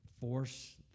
force